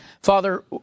Father